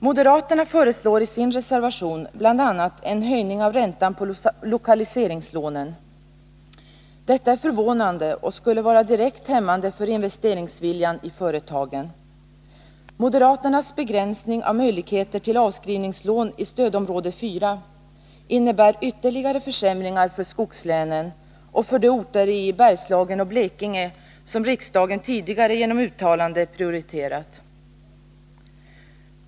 Moderaterna föreslår i sin reservation bl.a. en höjning av räntan på lokaliseringslånen. Detta är förvånande och skulle vara direkt hämmande för investeringsviljan i företagen. Moderaternas begränsning av möjligheter till avskrivningslån i stödområde 4 innebär ytterligare försämringar för skogslänen och för de orter i Bergslagen och Blekinge som riksdagen tidigare genom uttalande prioriterat.